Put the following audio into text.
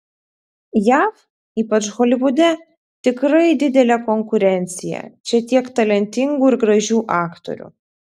jav ypač holivude tikrai didelė konkurencija čia tiek talentingų ir gražių aktorių